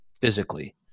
physically